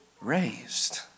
raised